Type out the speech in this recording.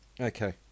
Okay